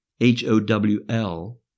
H-O-W-L